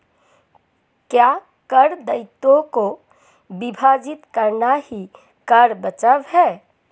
क्या कर दायित्वों को विभाजित करना ही कर बचाव है?